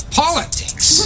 politics